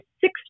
six